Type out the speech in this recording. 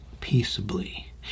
peaceably